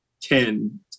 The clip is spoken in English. ten